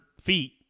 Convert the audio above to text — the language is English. feet